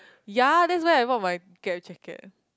ya that's why I bought my Gap jacket eh